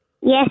Yes